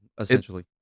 essentially